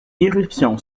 irruption